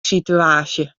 situaasje